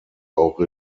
auch